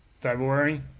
February